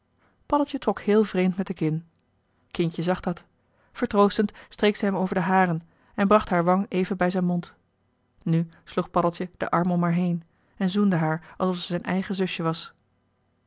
paddeltje trok heel vreemd met de kin kindje zag dat vertroostend streek ze hem over de haren en bracht haar wang even bij zijn mond nu sloeg paddeltje den arm om haar heen en zoende haar alsof ze zijn eigen zusje was